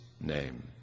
name